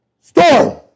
Storm